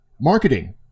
marketing